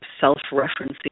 self-referencing